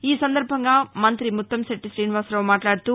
ఈ సందర్భంగా మంతి ముత్తంకెట్టి శ్రీనివాసరావు మాట్లాడుతూ